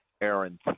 Aaron